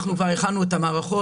אנחנו כבר הכנו את המערכות.